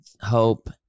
hope